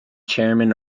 chairman